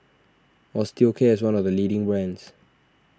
Osteocare is one of the leading brands